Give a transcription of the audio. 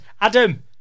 Adam